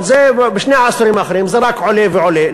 ובשני העשורים האחרונים זה רק עולה ועולה.